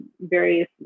various